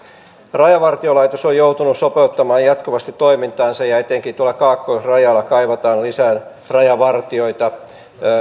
rajavartiolaitos on joutunut sopeuttamaan jatkuvasti toimintaansa ja etenkin tuolla kaakkoisrajalla kaivataan lisää rajavartijoita